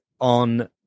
on